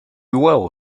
well